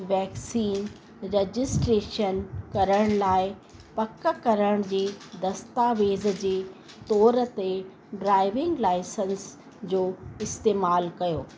vaccine registration करण लाइ पक करण जे दस्तावेज़ जे तोर ते ड्राइविंग लाइसेंस जो इस्तेमाल कयो